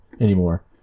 anymore